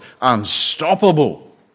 unstoppable